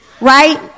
right